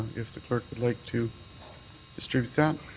if the clerk would like to distribute that.